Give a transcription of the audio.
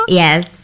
yes